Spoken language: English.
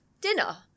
dinner